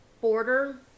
border